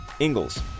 Ingalls